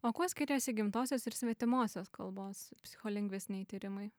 o kuo skiriasi gimtosios ir svetimosios kalbos psicholingvistiniai tyrimai